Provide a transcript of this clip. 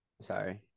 sorry